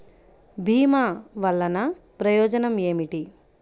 భీమ వల్లన ప్రయోజనం ఏమిటి?